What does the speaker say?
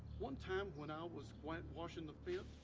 one time when i was whitewashing the fence